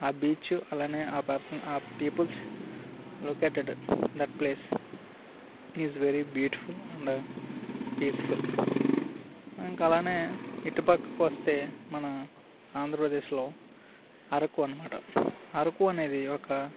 ఆ బీచ్ అలానే ఆ పర్సన్ ఆ peoples located that place is very beautiful and peaceful ఇంకా అలానే ఇటు ప్రక్కకి వస్తే మన ఆంధ్రప్రదేశ్లో అరకు అన్నమాట అరకు అనేది ఒక